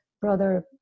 Brother